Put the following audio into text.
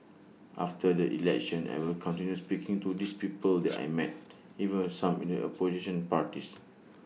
after the election I will continue speaking to these people that I met even some in the opposition parties